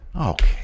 Okay